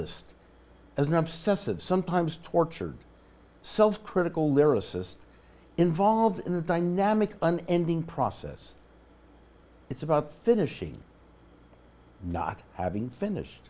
obsessive sometimes tortured self critical lyricist involved in the dynamic an ending process it's about finishing not having finished